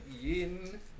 Yin